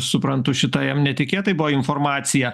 suprantu šita jam netikėtai buvo informacija